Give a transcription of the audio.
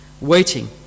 waiting